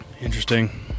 Interesting